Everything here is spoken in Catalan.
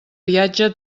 viatge